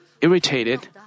irritated